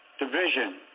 division